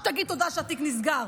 שתגיד תודה שהתיק נסגר,